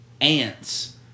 ants